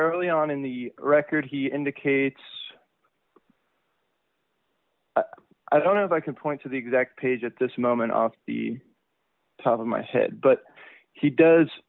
early on in the record he indicates i don't know if i can point to the exact page at this moment off the top of my head but he does